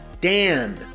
Dan